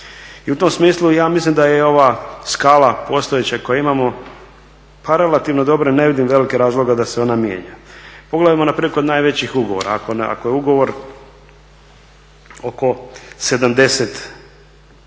I u tom smislu ja mislim da je ova skala postojeća koju imamo, pa relativno dobra, ne vidim velike razloge da se ona mijenja. Pogledajmo npr. kod najvećih ugovora. Ako je ugovor oko 70,